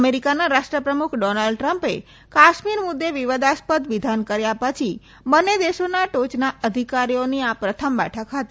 અમેરિકાના રાષ્ટ્રપ્રમુખ ડોનાલ્ડ ટ્રમ્પે કાશ્મીર મુદ્દે વિવાદાસ્પદ વિધાન કર્યા પછી બંને દેશોના ટોચના અધિકારીઓની આ પ્રથમ બેઠક હતી